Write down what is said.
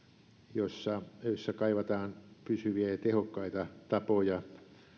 joissa kaivataan pysyviä ja tehokkaita tapoja